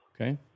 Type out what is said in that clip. Okay